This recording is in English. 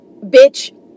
bitch